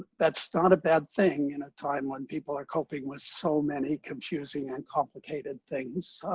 that's not a bad thing in a time when people are coping with so many confusing and complicated things.